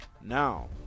now